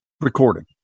recording